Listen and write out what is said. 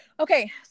Okay